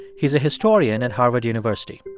he's a historian at harvard university.